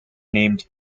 named